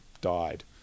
died